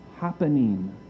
happening